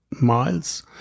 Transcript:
miles